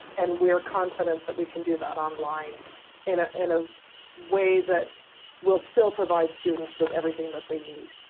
and we're confident that we can do that online in ah in a way that will still provide students with everything that they need.